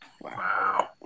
Wow